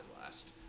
last